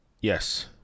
Yes